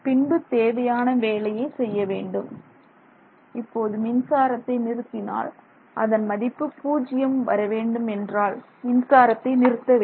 பின்பு தேவையான வேலையை செய்ய வேண்டும் இப்போது மின்சாரத்தை நிறுத்தினால் அதன் மதிப்பு பூஜ்யம் வரவேண்டுமென்றால் மின்சாரத்தை நிறுத்த வேண்டும்